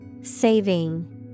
Saving